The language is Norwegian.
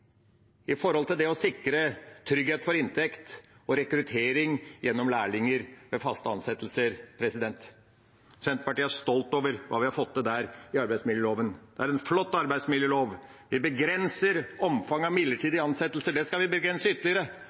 det å sikre trygghet for inntekt og rekruttering gjennom lærlinger ved faste ansettelser. Senterpartiet er stolt av hva vi har fått til der i arbeidsmiljøloven. Det er en flott arbeidsmiljølov. Vi begrenser omfanget av midlertidige ansettelser. Det skal vi begrense ytterligere.